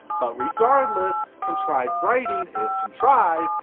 but regardless contrived writing is contrived.